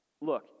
look